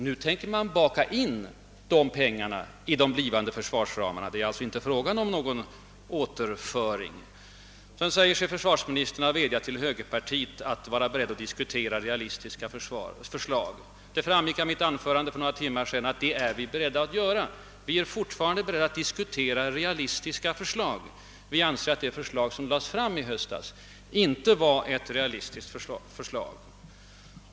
Nu tänker man baka in de här pengarna i de blivande försvarsramarna. Det är alltså inte längre fråga om någon återföring. Sedan sade försvarsministern att han vädjat till högerpartiet att vara berett att diskutera realistiska förslag. Av mitt anförande för några timmar sedan framgick, att vi är beredda att göra detta. Vi är fortfarande beredda att diskutera realistiska förslag, men vi anser att det förslag som framlades i höstas inte är ett sådant förslag.